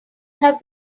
have